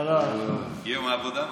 מי אמר תודה?